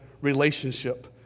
relationship